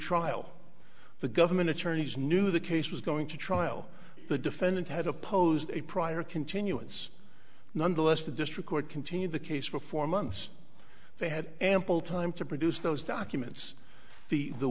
trial the government attorneys knew the case was going to trial the defendant had opposed a prior continuance nonetheless the district court continued the case for four months they had ample time to produce those documents the the